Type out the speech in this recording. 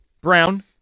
Brown